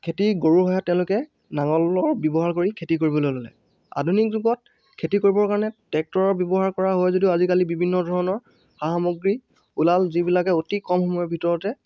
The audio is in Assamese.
খেতি গৰুৰ সহায়ত তেওঁলোকে নাঙলৰ ব্যৱহাৰ কৰি খেতি কৰিবলৈ ল'লে আধুনিক যুগত খেতি কৰিবৰ কাৰণে ট্ৰেক্টৰৰ ব্যৱহাৰ কৰা হয় যদিও আজিকালি বিভিন্ন ধৰণৰ সা সামগ্ৰী ওলাল যিবিলাকে অতি কম সময়ৰ ভিতৰতে